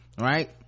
right